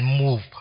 move